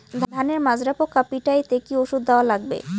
ধানের মাজরা পোকা পিটাইতে কি ওষুধ দেওয়া লাগবে?